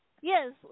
Yes